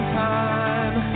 time